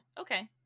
Okay